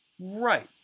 Right